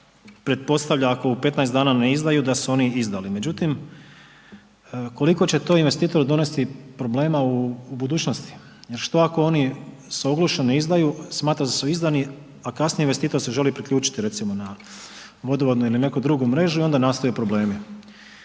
onda pretpostavlja ako u 15 dana ne izdaju da su oni izdali. Međutim, koliko je to investitoru donesti problema u budućnosti? Što ako se oni ogluše, ne izdaju a smatra se da su izdani, a kasnije investitor se želi priključiti recimo na vodovodnu ili neku drugu mrežu i onda nastaju problemi?